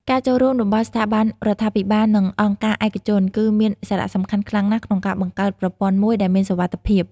ការចូលរួមរបស់ស្ថាប័នរដ្ឋាភិបាលនិងអង្គការឯកជនគឺមានសារៈសំខាន់ខ្លាំងណាស់ក្នុងការបង្កើតប្រព័ន្ធមួយដែលមានសុវត្ថិភាព។